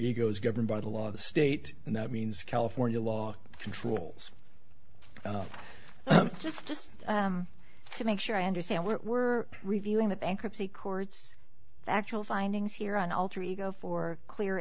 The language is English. egos governed by the law of the state and that means california law controls just to make sure i understand what we're reviewing the bankruptcy courts factual findings here on alter ego for clear